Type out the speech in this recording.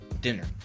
dinner